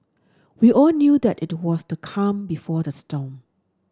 we all knew that it was the calm before the storm